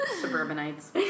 Suburbanites